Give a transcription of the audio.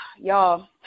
y'all